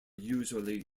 usually